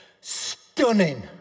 stunning